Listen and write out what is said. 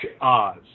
Oz